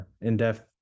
in-depth